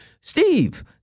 Steve